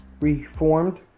reformed